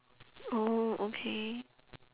oh okay